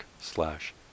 slash